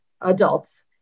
adults